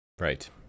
Right